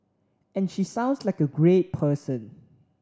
and she sounds like a great person